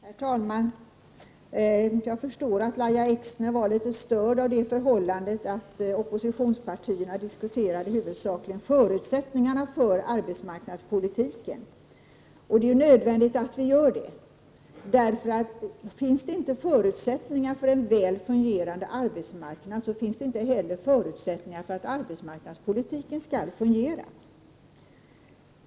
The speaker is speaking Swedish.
Herr talman! Jag förstår att Lahja Exner var litet störd av det förhållandet att oppositionspartierna huvudsakligen diskuterade förutsättningarna för arbetsmarknadspolitiken. Det är nödvändigt att vi gör det. Om det inte finns förutsättningar för en väl fungerande arbetsmarknad, så finns inte heller förutsättningar för att arbetsmarknadspolitiken skall fungera.